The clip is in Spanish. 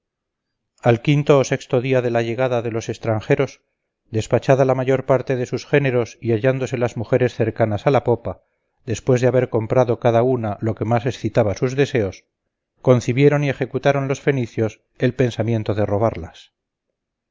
al quinto o sexto día de la llegada de los extranjeros despachada la mayor parte de sus géneros y hallándose las mujeres cercanas a la popa después de haber comprado cada una lo que más excitaba sus deseos concibieron y ejecutaron los fenicios el pensamiento de robarlas